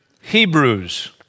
Hebrews